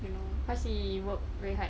you know cause he worked very hard